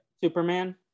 superman